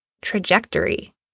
trajectory